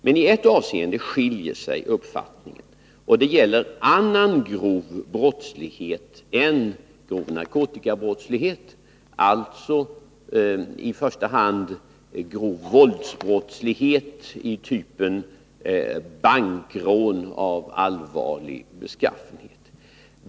Men i ett avseende skiljer sig uppfattningarna, och det gäller annan grov brottslighet än grov narkotikabrottslighet, alltså i första hand grov våldsbrottslighet av typen bankrån av allvarlig beskaffenhet.